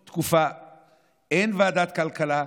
אין ועדת כלכלה,